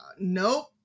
Nope